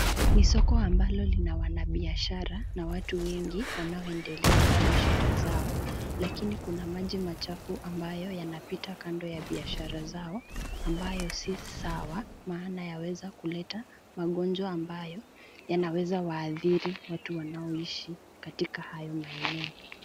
Ni soko ambalo lina wanabiashara na watu wengi wanaoendeleza biashara zao. Lakini kuna maji machafu ambayo yanapita kando ya biashara zao ambayo si sawa maana ya weza kuleta magonjwa ambayo yanaweza waathiri watu wanaoishi katika hayo maeneo.